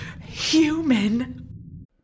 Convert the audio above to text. human